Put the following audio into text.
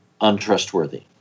untrustworthy